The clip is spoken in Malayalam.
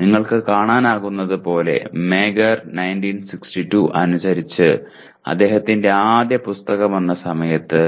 നിങ്ങൾക്ക് കാണാനാകുന്നതുപോലെ മാഗർ 1962 അനുസരിച്ച് അദ്ദേഹത്തിന്റെ ആദ്യ പുസ്തകം വന്ന സമയത്ത്